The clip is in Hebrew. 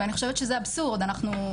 ואני חושבת שזה אבסורד אנחנו,